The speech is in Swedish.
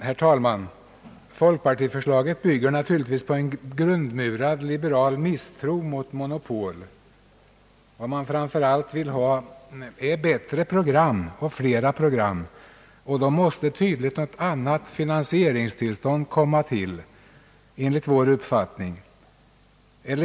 Herr talman! Folkpartiförslaget bygger naturligtvis på en grundmurad liberal misstro mot monopol. Vad folk framför allt vill ha är bättre och flera program, och då behövs enligt vår uppfattning en annan finansiering komma till stånd.